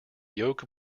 yoke